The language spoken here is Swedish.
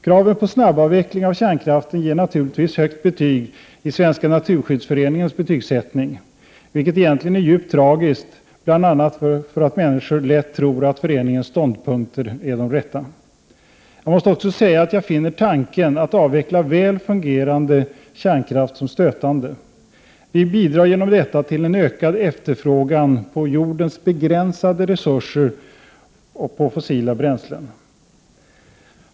Kravet på snabbavveckling av kärnkraften ger naturligtvis högt betyg i Svenska naturskyddsföreningens betygsättning — vilket egentligen är djupt tragiskt, bl.a. därför att människor lätt tror att föreningens ståndpunkter är de rätta. Jag måste också säga att jag finner tanken att avveckla väl fungerande kärnkraft stötande. Genom detta bidrar vi till en ökad efterfrågan på jordens begränsade tillgångar på fossila bränslen.